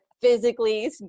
physically